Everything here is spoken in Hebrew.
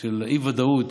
של האי-ודאות